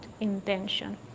intention